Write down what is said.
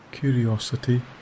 Curiosity